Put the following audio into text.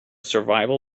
survival